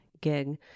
gig